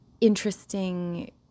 interesting